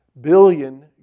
billion